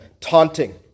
taunting